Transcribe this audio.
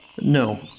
No